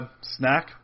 Snack